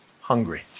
hungry